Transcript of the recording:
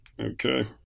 Okay